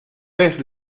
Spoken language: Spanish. vez